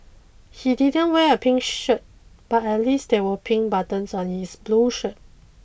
he didn't wear a pink shirt but at least there were pink buttons on his blue shirt